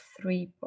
three